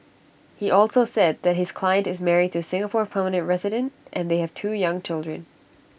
he also said that his client is married to Singapore permanent resident and they have two young children